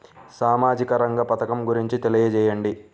సామాజిక రంగ పథకం గురించి తెలియచేయండి?